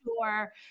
sure